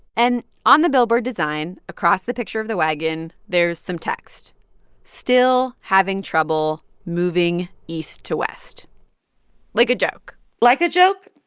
and on the billboard design, across the picture of the wagon, there's some text still having trouble moving east to west like a joke like a joke,